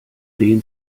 den